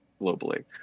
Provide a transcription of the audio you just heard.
globally